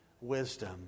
wisdom